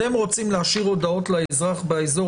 אתם רוצים להשאיר הודעות לאזרח באזור